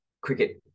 cricket